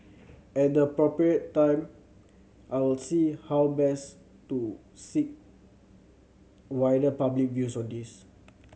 at the appropriate time I will see how best to seek wider public views on this